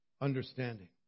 understanding